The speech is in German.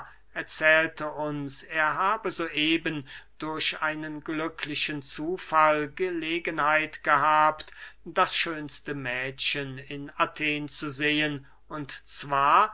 erzählte uns er habe so eben durch einen glücklichen zufall gelegenheit gehabt das schönste mädchen in athen zu sehen und zwar